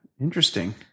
Interesting